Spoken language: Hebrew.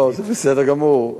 לא, זה בסדר גמור.